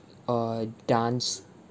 err dance